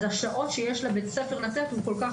אז השעות שיש לבית הספר לתת הן כל כך